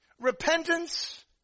repentance